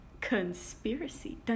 conspiracy